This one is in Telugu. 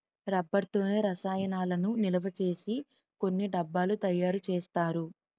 రబ్బర్ తోనే రసాయనాలను నిలవసేసి కొన్ని డబ్బాలు తయారు చేస్తారు